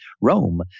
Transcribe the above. Rome